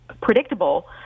predictable